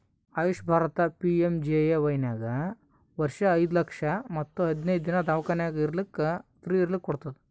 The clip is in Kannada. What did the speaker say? ಆಯುಷ್ ಭಾರತ ಪಿ.ಎಮ್.ಜೆ.ಎ.ವೈ ನಾಗ್ ವರ್ಷ ಐಯ್ದ ಲಕ್ಷ ಮತ್ ಹದಿನೈದು ದಿನಾ ದವ್ಖಾನ್ಯಾಗ್ ಫ್ರೀ ಇರ್ಲಕ್ ಕೋಡ್ತುದ್